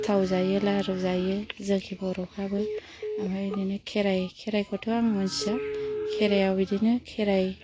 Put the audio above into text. सिथाव जायो लारु जायो जोंनि बर'फ्राबो ओमफ्राय बिदिनो खेराय खेरायखौथ' आं मोनथिया खेरायाव बिदिनो खेराय